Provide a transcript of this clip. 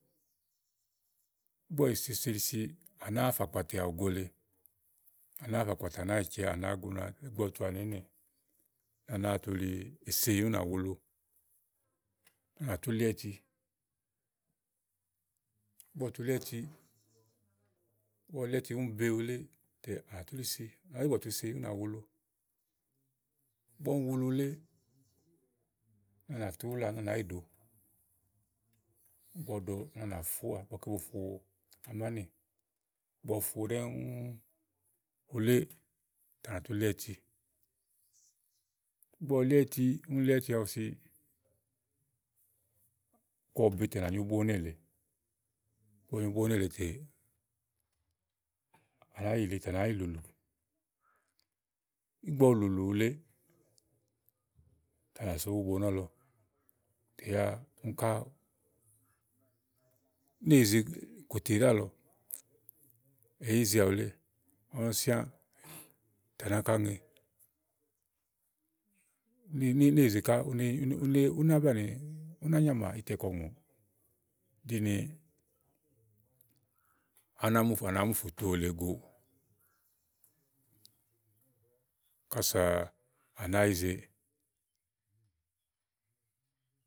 ígbɔ ɔwɔ yì sesesi, à nàáa fà kpàtìà ògo lèe, à nàáa fà kpàtà à nàá yi cɛ̀ɛ, à nà gunu ígbɔ, ɔwɔ tu ànà ínɛ̀, à nàáa tu yili seyì ú nà, wulu. úni à nà tu li áyiti ígbɔ ɔwɔ tu li áyiti igbɔ ɔwɔ li áyiti úni be wuléè zè à tú yili si à nàá zi gbúgbɔ̀ tu si ú nà wulu wulé úni à ná tú úlà úni à nàá yi ɖòo, ígbɔ ɔwɔ ɖo úni à nà fóà ígbɔké bo fo amánì ígbɔ ɔwɔ fo ɖɛ́ŋúú wuléè. úni à nà tú li áyiti ígbɔ ɔwɔ li áyiti úni li áyiti awu si, kɔ ù be tè à nà nyó búwo nélèe ígbɔ ɔwɔ nyo búwo nélèe tè à nàá yi ylili tè à nàá yi lùlù. ígbɔ ɔwɔ lùlù wulé, tè à nà só bubo nɔ̀lɔ tè yá úni ká néèyize kòtè nálɔ̀ɔ èé yizeà wulé ɛnɛ́ lɔ síã tè à nàá áŋka ŋe néèyize ká nà, úná banìi, ú ná nyàmà ítɛ kɔùŋòò. kínì à nà mu ùfù, à nà mu ùfù tòo le goò kása à nàáa yizee.